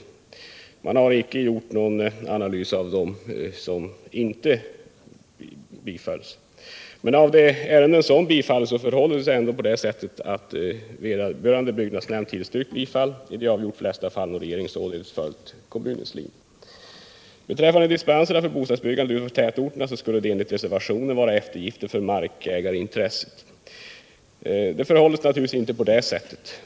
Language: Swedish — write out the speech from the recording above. Det har i samband med den inte gjorts någon analys av de ärenden som icke vann bifall. Men det förhåller sig så, att bland de ärenden som bifallits har vederbörande byggnadsnämnd tillstyrkt bifall i de avgjort flesta fallen, och regeringen har således följt Beträffande dispenserna för bostadsbyggande utanför tätorterna skulle detta enligt reservationen vara eftergifter för markägarintresset. Det förhåller sig naturligtvis inte på det sättet.